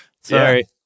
Sorry